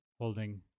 holding